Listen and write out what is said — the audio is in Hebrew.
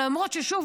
למרות ששוב,